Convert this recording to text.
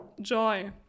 joy